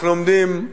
אנחנו עומדים,